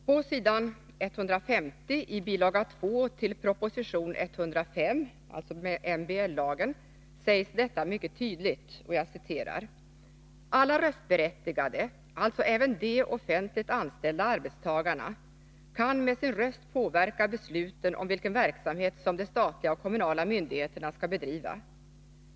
På s. 150 i bil. 2 till proposition 1975/76:105 sägs detta mycket tydligt. ” Alla röstberättigade — alltså även de offentligt anställda arbetstagarna — kan med sin röst påverka besluten om vilken verksamhet som de statliga och kommunala myndigheterna skall bedriva.